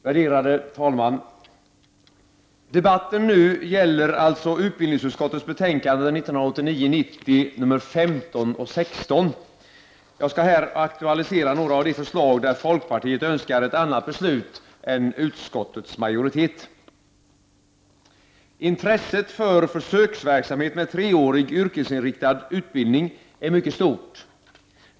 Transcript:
Värderade talman! Debatten gäller alltså nu utbildningsutskottets betänkanden 1989/90:UbU15 och 16. Jag skall här aktualisera några av de förslag där folkpartiet önskar ett annat beslut än utskottets majoritet. Intresset för försöksverksamhet med treårig yrkesinriktad utbildning är mycket stort.